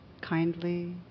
kindly